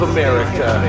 America